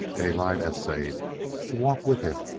daylight essayed to walk with him,